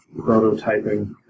prototyping